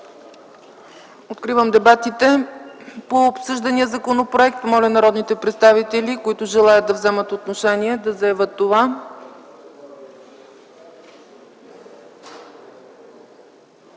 Откривам дебатите по обсъждания законопроект. Моля народните представители, желаещи да вземат отношение, да заявят това.